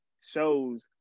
shows